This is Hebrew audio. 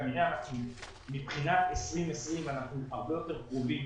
כנראה מבחינת 2020 אנחנו הרבה יותר קרובים